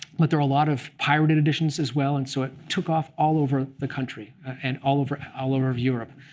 but there were a lot of pirated editions as well. and so it took off all over the country and all over all over europe.